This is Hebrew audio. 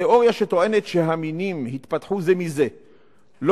התיאוריה שטוענת שהמינים התפתחו זה מזה לא